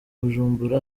bujumbura